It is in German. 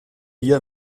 hier